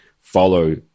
follow